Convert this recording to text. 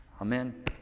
Amen